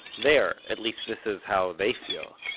there, at least this is how they feel,